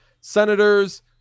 senators